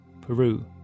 Peru